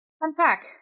Unpack